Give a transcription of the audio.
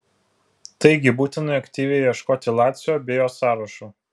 taigi būtina aktyviai ieškoti lacio bei jo sąrašo